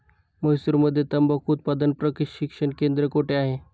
म्हैसूरमध्ये तंबाखू उत्पादन प्रशिक्षण केंद्र कोठे आहे?